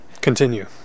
continue